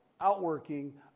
outworking